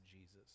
Jesus